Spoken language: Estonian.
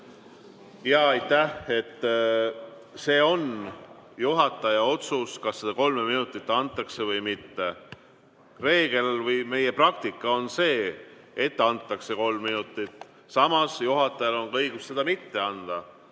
Jah aitäh! See on juhataja otsus, kas seda kolme minutit antakse või mitte. Reegel või meie praktika on see, et antakse kolm minutit. Samas on juhatajal ka õigus seda mitte anda,